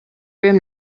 room